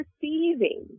perceiving